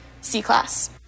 C-Class